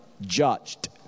judged